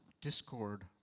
discord